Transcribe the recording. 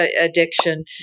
addiction